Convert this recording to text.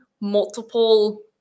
multiple